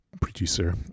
Producer